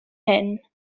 hyn